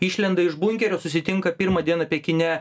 išlenda iš bunkerio susitinka pirmą dieną pekine